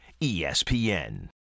ESPN